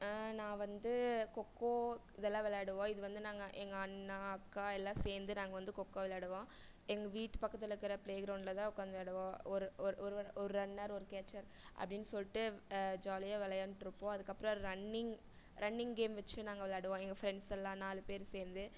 நான் வந்து கொக்கோ இதெல்லாம் விளாடுவோம் இது வந்து நாங்கள் எங்கள் அண்ணா அக்கா எல்லாம் சேர்ந்து நாங்கள் வந்து கொக்கோ விளாடுவோம் எங்கள் வீட்டு பக்கத்தில் இருக்கற ப்ளே க்ரௌண்டில்தான் உக்கார்ந்து விளாடுவோம் ஒரு ஒரு ஒரு வா ஒரு ரன்னர் ஒரு கேச்சர் அப்படின்னு சொல்லிட்டு ஜாலியாக விளையாண்ட்ருப்போம் அதுக்கப்புறம் ரன்னிங் ரன்னிங் கேம் வெச்சு நாங்கள் வெளாடுவோம் எங்கள் ஃப்ரெண்ட்ஸெல்லாம் நாலு பேர் சேர்ந்து